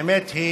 האמת היא